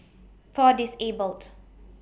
For Disabled